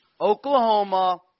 Oklahoma